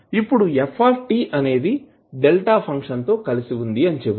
ఇప్పుడు f అనేది delta function తో కలసివుంది అని చెబుదాం